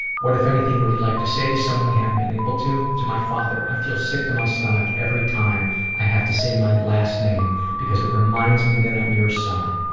what, if anything, would you like to say to someone you haven't been able to? to my father. i feel sick to my stomach every time i have to say my last name, because it reminds me that i'm your son.